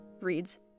Reads